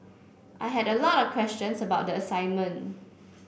I had a lot of questions about the assignment